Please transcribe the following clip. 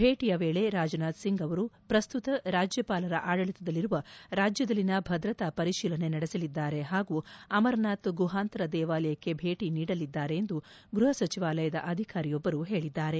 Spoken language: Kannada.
ಭೇಟಿಯ ವೇಳೆ ರಾಜ್ ನಾಥ್ ಸಿಂಗ್ ಅವರು ಪ್ರಸ್ತುತ ರಾಜ್ಯಪಾಲರ ಆಡಳಿತದಲ್ಲಿರುವ ರಾಜ್ಯದಲ್ಲಿನ ಭದ್ರತಾ ಪರಿಶೀಲನೆ ನಡೆಸಲಿದ್ದಾರೆ ಪಾಗೂ ಅಮರನಾಥ್ ಗುಪಾಂತರ ದೇವಾಲಯಕ್ಕೆ ಭೇಟಿ ನೀಡಲಿದ್ದಾರೆ ಎಂದು ಗೃಪ ಸಚಿವಾಲಯದ ಅಧಿಕಾರಿಯೊಬ್ಬರು ಹೇಳಿದ್ದಾರೆ